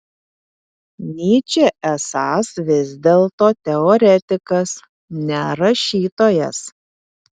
nyčė esąs vis dėlto teoretikas ne rašytojas